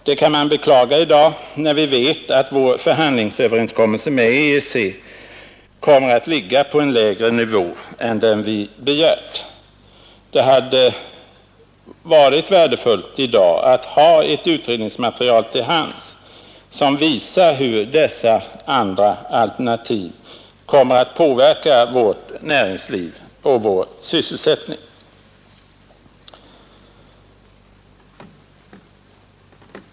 Det kan man beklaga i dag, när vi vet att vår förhandlingsöverenskommelse med EEC kommer att ligga på en lägre nivå än den vi begärt. Det hade onekligen i dag varit värdefullt att ha ett utredningsmaterial som visar hur dessa andra alternativ kommer att påverka vårt näringsliv och vår sysselsättning.